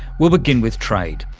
we'll begin with trade,